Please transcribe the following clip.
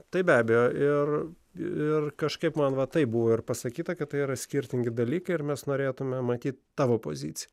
tai be abejo ir ir kažkaip man va taip buvo pasakyta kad tai yra skirtingi dalykai ir mes norėtumėme matyti tavo poziciją